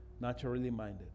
naturally-minded